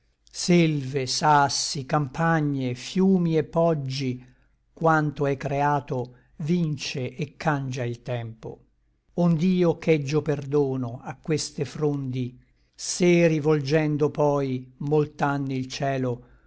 selve sassi campagne fiumi et poggi quanto è creato vince et cangia il tempo ond'io cheggio perdono a queste frondi se rivolgendo poi molt'anni il cielo